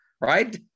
right